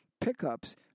pickups